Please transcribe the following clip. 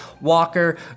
Walker